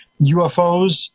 UFOs